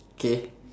K